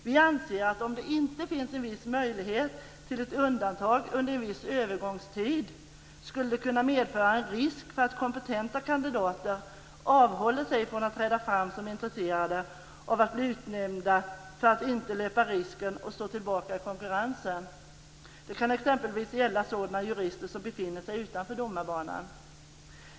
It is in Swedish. Vi anser att om det inte finns en viss möjlighet till ett undantag under en viss övergångstid skulle det kunna medföra en risk för att kompetenta kandidater avhåller sig från att träda fram som intresserade av att bli utnämnda för att inte löpa risken att stå tillbaka i konkurrensen. Det kan exempelvis gälla sådana jurister som befinner sig utanför domarbanan.